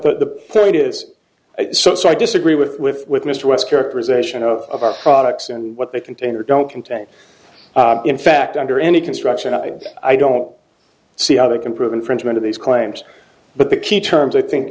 third is so so i disagree with with with mr west characterization of our products and what they contain or don't contain in fact under any construction i i don't see how they can prove infringement of these claims but the key terms i think